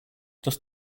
does